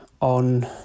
on